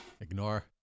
Ignore